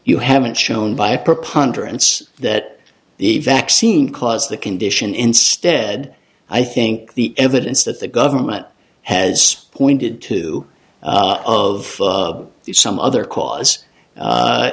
you haven't shown by a preponderance that the vaccine caused the condition instead i think the evidence that the government has pointed to of some other cause